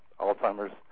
Alzheimer's